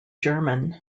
german